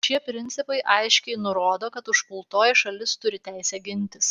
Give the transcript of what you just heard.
šie principai aiškiai nurodo kad užpultoji šalis turi teisę gintis